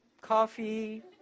coffee